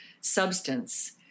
substance